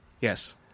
Yes